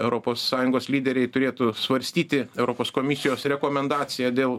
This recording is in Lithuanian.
europos sąjungos lyderiai turėtų svarstyti europos komisijos rekomendaciją dėl